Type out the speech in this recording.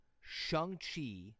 Shang-Chi